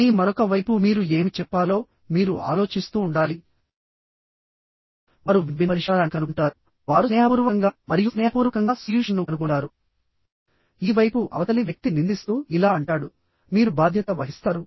కానీ మరొక వైపు మీరు ఏమి చెప్పాలో మీరు ఆలోచిస్తూ ఉండాలివారు విన్ విన్ పరిష్కారాన్ని కనుగొంటారు వారు స్నేహపూర్వకంగా మరియు స్నేహపూర్వకంగా సొల్యూషన్ ను కనుగొంటారుఈ వైపు అవతలి వ్యక్తి నిందిస్తూ ఇలా అంటాడుః మీరు బాధ్యత వహిస్తారు